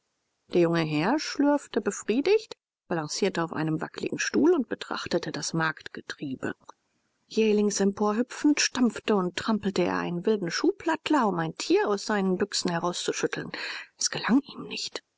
der junge herr schlürfte befriedigt balancierte auf einem wackligen stuhl und betrachtete das marktgetriebe jählings emporhüpfend stampfte und trampelte er einen wilden schuhplattler um ein tier aus seinen büxen herauszuschütteln es gelang ihm nicht